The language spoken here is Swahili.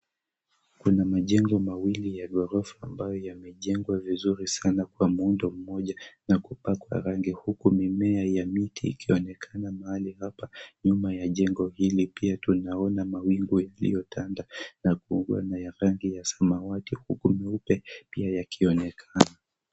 Kuna majengo mawili ya ghorofa ambayo yamejengwa vizuri sana kwa muundo mmoja na kupakwa rangi huku mimea ya miti ikionekana mahali hapa, nyuma ya jengo hili pia tunaona mawingu yaliyotanda na kuwa na ya rangi ya samawati huku nyeupe pia yakionekana.